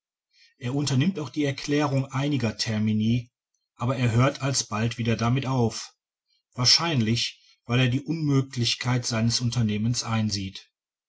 er unternimmt auch die erklärung einiger termini aber er hört alsbald wieder damit auf wahrscheinlich weil er die unmöglichkeit seines unternehmens einsieht